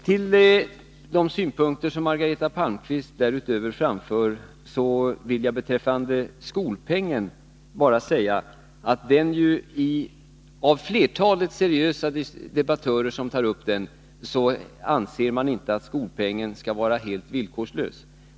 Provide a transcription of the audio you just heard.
Till de synpunkter som Margareta Palmqvist framfört vill jag beträffande skolpengen bara säga att flertalet seriösa debattörer som tar upp den frågan anser att skolpengen inte skall vara helt villkorslös.